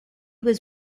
was